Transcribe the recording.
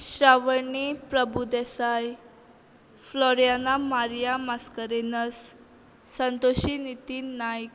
Shravani Prabhudesai Floriana Maria Mascarenhas Santoshi Nitin Naik